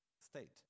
state